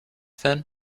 then